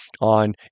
on